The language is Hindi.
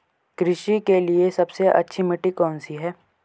कृषि के लिए सबसे अच्छी मिट्टी कौन सी है?